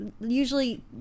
Usually